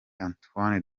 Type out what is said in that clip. antoine